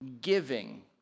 giving